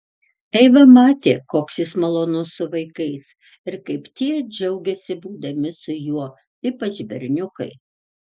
eiva matė koks jis malonus su vaikais ir kaip tie džiaugiasi būdami su juo ypač berniukai